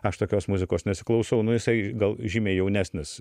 aš tokios muzikos nesiklausau nu jisai gal žymiai jaunesnis